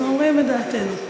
אנחנו אומרים את דעתנו.